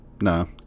no